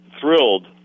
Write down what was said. thrilled